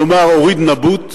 כלומר אוריד נבוט,